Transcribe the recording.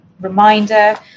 reminder